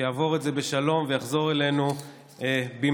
שיעבור את זה בשלום ויחזור אלינו במהרה.